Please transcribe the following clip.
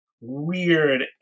weird